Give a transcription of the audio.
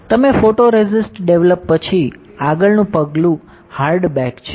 તમે photoresist develop પછી આગળનું પગલું હાર્ડ બેક છે